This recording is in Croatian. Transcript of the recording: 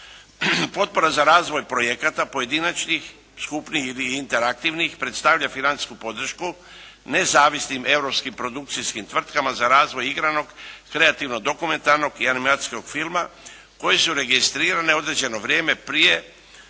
Potpora za razvoj projekata pojedinačnih, skupnih ili interaktivnih predstavlja financijsku podršku nezavisnim europskim produkcijskim tvrtkama za razvoj igranog, kreativno-dokumentarnog i animacijskog filma koje su registrirane u određeno vrijeme prije